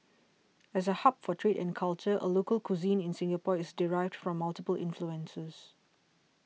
as a hub for trade and culture local cuisine in Singapore is derived from multiple influences